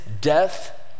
death